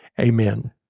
amen